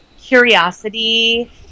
curiosity